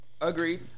Agreed